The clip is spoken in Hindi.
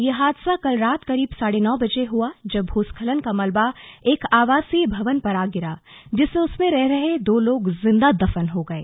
यह हादसा कल रात करीब साढ़े नौ बजे हुआ जब भूस्खलन का मलबा एक आवासीय भवन पर आ गिरा जिससे उसमें रह रहे दो लोग जिंदा दफन हो गए